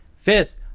Fist